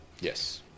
Yes